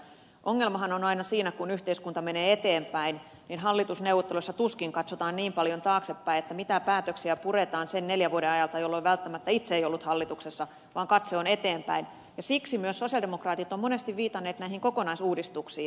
ongelmahan on aina siinä kun yhteiskunta menee eteenpäin että hallitusneuvotteluissa tuskin katsotaan niin paljon taaksepäin että mitä päätöksiä puretaan sen neljän vuoden ajalta jolloin välttämättä itse ei ollut hallituksessa vaan katse on eteenpäin ja siksi myös sosialidemokraatit ovat monesti viitanneet näihin kokonaisuudistuksiin